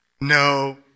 No